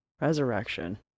resurrection